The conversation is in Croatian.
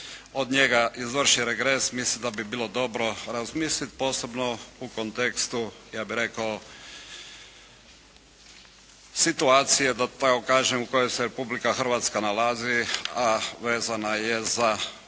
od njega izvrši regres. Mislim da bi bilo dobro razmisliti posebno u kontekstu, ja bih rekao, situacije da tako kažem u kojoj se Republika Hrvatska nalazi, a vezana je za